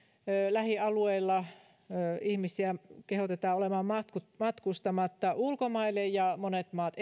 lähialueilla ihmisiä kehotetaan olemaan matkustamatta ulkomaille ja monet maat